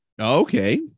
Okay